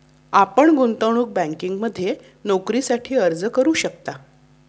आपण गुंतवणूक बँकिंगमध्ये नोकरीसाठी अर्ज करू शकता